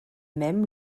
même